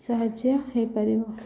ସାହାଯ୍ୟ ହେଇପାରିବ